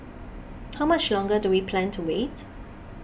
how much longer do we plan to wait